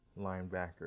linebacker